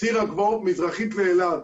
ציר הגבעות מזרחית לאלעד.